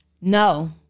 No